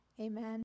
Amen